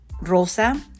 rosa